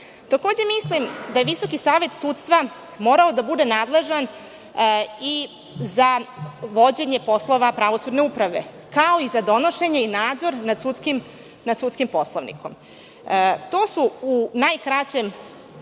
sudija. Mislim da je Visoki savet sudstva morao da bude nadležan i za vođenje poslova pravosudne uprave, kao i za donošenje i nadzor nad sudskim poslovnikom. To su u najkraće